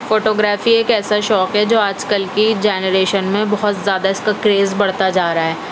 photo گرافی ایک ایسا شوق ہے جو آج کل کی جنریشن میں بہت زیادہ اس کا کریز بڑھتا جا رہا ہے